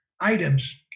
items